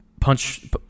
punch